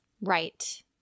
Right